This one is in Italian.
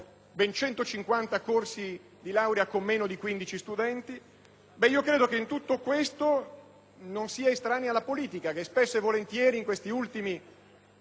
(ben 150 corsi di laurea contano meno di 15 studenti), in tutto questo non è estranea la politica, che spesso e volentieri negli ultimi